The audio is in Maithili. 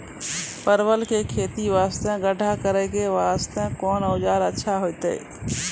परवल के खेती वास्ते गड्ढा करे वास्ते कोंन औजार अच्छा होइतै?